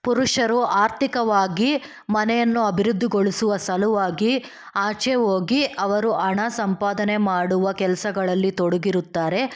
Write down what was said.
ಪುರುಷರು ಆರ್ಥಿಕವಾಗಿ ಮನೆಯನ್ನು ಅಭಿವೃದ್ಧಿಗೊಳಿಸುವ ಸಲುವಾಗಿ ಆಚೆ ಹೋಗಿ ಅವರು ಹಣ ಸಂಪಾದನೆ ಮಾಡುವ ಕೆಲಸಗಳಲ್ಲಿ ತೊಡಗಿರುತ್ತಾರೆ